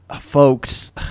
folks